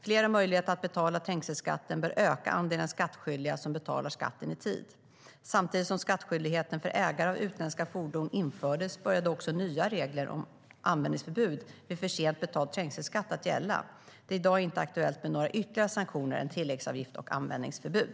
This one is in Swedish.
Flera möjligheter att betala trängselskatten bör öka andelen skattskyldiga som betalar skatten i tid. Samtidigt som skattskyldigheten för ägare av utländska fordon infördes började också nya regler om användningsförbud vid för sent betald trängselskatt att gälla. Det är i dag inte aktuellt med några ytterligare sanktioner än tilläggsavgift och användningsförbud.